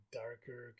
darker